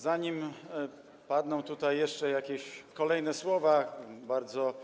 Zanim padną tutaj jakieś kolejne słowa, bardzo